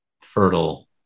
fertile